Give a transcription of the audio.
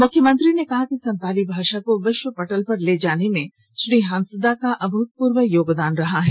मुख्यमंत्री ने कहा कि संताली भाषा को विश्व पटल पर ले जाने में श्री हांसदा का अभूतपूर्व योगदान रहा है